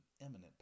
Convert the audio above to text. imminent